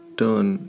turn